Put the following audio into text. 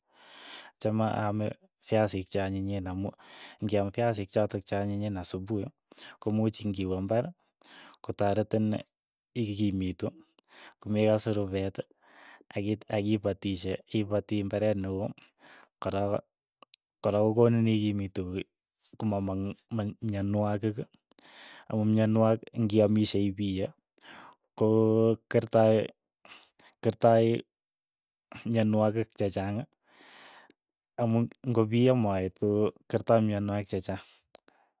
Achame aame fiasiik che anyinyen, amu ng'iaam fiasiik chotok che anyinyen asupuhi, komuuch ng'iwe imbar kotaretin ikimitu, komekase rupeet, ak ipa- ipatishe, ipati imbaret ne oo, koro kora konin ikimitu komamong ma myonwogik, ako myonwogik ng'iamishe ipie ko kertai kertai myonwogik chechang, amu ng'opiyo moet ko kertoi myonwogik chechang.